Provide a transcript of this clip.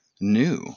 new